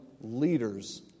leaders